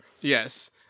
Yes